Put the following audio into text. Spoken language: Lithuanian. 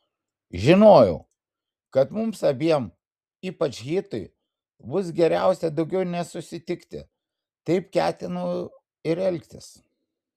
žinojau kad mums abiem ypač hitui bus geriausia daugiau nesusitikti taip ketinau ir elgtis